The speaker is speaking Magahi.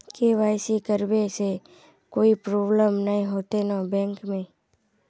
के.वाई.सी करबे से कोई प्रॉब्लम नय होते न बैंक में?